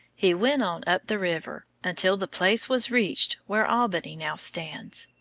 he went on up the river until the place was reached where albany now stands.